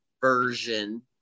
version